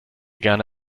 gerne